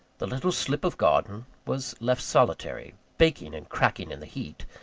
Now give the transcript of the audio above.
the little slip of garden was left solitary baking and cracking in the heat.